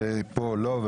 שפה לא ושם כן.